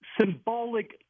symbolic